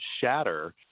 shatter